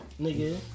nigga